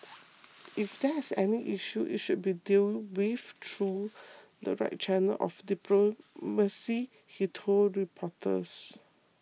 if there is any issue it should be dealt with through the right channels of diplomacy he told reporters